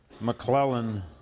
McClellan